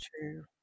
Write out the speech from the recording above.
true